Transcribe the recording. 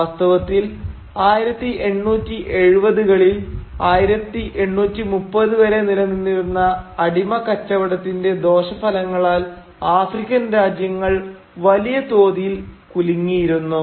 വാസ്തവത്തിൽ 1870 കളിൽ 1830 വരെ നിലനിന്നിരുന്ന അടിമക്കച്ചവടത്തിന്റെ ദോഷഫലങ്ങളാൽ ആഫ്രിക്കൻ രാജ്യങ്ങൾ വലിയ തോതിൽ കുലുങ്ങിയിരുന്നു